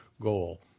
goal